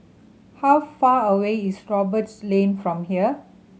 how far away is Roberts Lane from here